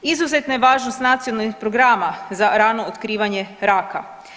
Izuzetna je važnost nacionalnih programa za rano otkrivanje raka.